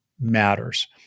matters